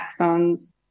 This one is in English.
axons